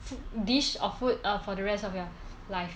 soup dish or food err for the rest of your life